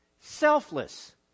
selfless